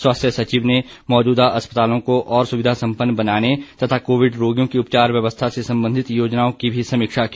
स्वास्थ्य सचिव ने मौजूदा अस्पतालों को और सुविधा संपन्न बनाने तथा कोविड रोगियों की उपचार व्यवस्था से संबधित योजनाओं की भी समीक्षा की